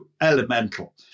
elemental